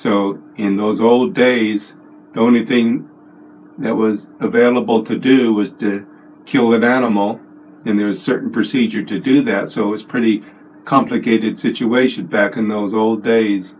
so in those old days the only thing that was available to do was to kill an animal and there are certain procedure to do that so it's pretty complicated situation back in those old days